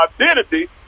identity